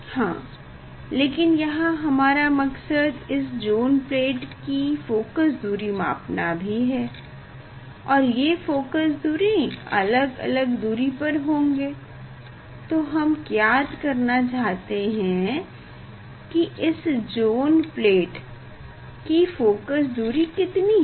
हां लेकिन यहाँ हमारा मकसद इस ज़ोन प्लेट की फोकस दूरी मापना भी है और ये फोकस बिन्दु अलग अलग दूरी पर होंगे तो हम ज्ञात करना चाहते हैं कि इस ज़ोन प्लेट की फोकस दूरी कितनी है